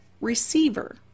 receiver